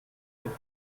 kommt